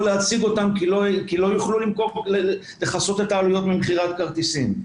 להציג אותן כי לא יוכלו לכסות את העלויות ממכירת כרטיסים.